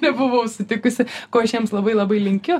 nebuvau sutikusi ko aš jiems labai labai linkiu